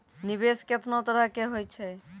निवेश केतना तरह के होय छै?